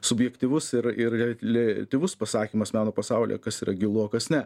subjektyvus ir ir reik releatyvus pasakymas meno pasaulyje kas yra gilu o kas ne